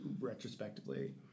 Retrospectively